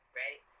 right